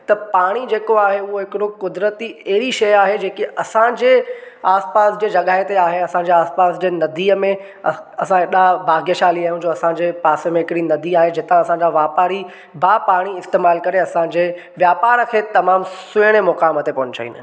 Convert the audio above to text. त पाणी जेको आहे उहो हिकिड़ो क़ुदरती अहिड़ी शइ आहे जेके असांजे आस पास जे जॻहि ते आहे असांजा आस पास जे नदीअ में असां हेॾा भाग्यशाली आहियूं जो असांजे पासे में हिकिड़ी नदी आहे जिते असांजा वापारी भाउ पाणी इस्तेमालु करे असांजे वापार खे तमामु सुहिणे मुक़ाम ते पहुचाईंदा आहिनि